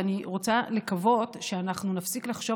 ואני רוצה לקוות שאנחנו נפסיק לחשוב